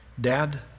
Dad